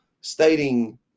stating